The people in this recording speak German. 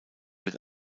wird